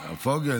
פוגל.